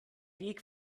weg